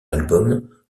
album